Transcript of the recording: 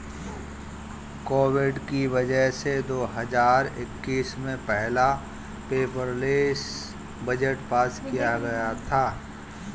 Covid की वजह से दो हजार इक्कीस में पहला पेपरलैस बजट पास किया गया था